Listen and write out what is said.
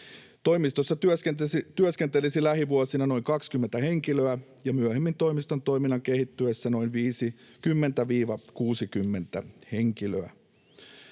Toimistossa työskentelisi lähivuosina noin 20 henkilöä ja myöhemmin, toimiston toiminnan kehittyessä, noin 50–60 henkilöä.